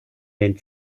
den